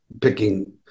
picking